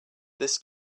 this